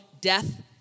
death